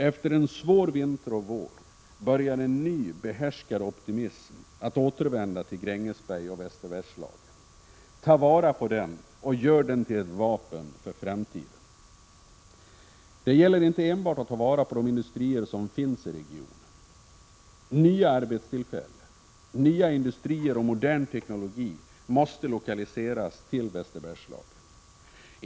Efter en svår vinter och vår börjar en ny, behärskad optimism att återvända till Grängesberg och Västerbergslagen. Ta vara på den och gör den till ett vapen för framtiden! Det gäller inte enbart att ta vara på de industrier som finns i regionen. Nya arbetstillfällen, nya industrier och modern teknologi måste lokaliseras till Västerbergslagen.